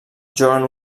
juguen